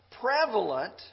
prevalent